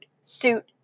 suit